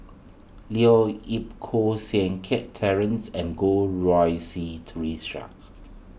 Leo Yip Koh Seng Kiat Terence and Goh Rui Si theresa